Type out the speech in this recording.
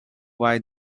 why